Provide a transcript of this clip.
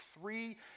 three